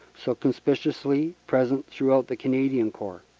so conspicuously present throughout the canadian corps.